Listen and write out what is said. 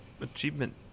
achievement